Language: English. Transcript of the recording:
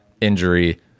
injury